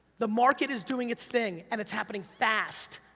the market is doing its thing, and it's happening fast,